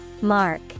Mark